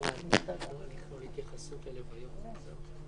לא להתייחס לזה.